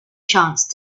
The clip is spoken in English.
chance